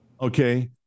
Okay